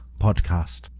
podcast